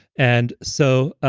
and so